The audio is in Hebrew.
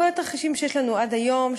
כל התרחישים שיש לנו עד היום,